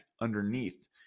underneath